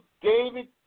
David